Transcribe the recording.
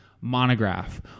Monograph